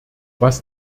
was